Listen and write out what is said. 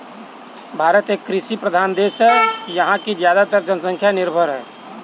भारत एक कृषि प्रधान देश है यहाँ की ज़्यादातर जनसंख्या निर्भर है